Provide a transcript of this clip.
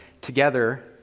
together